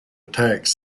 attacked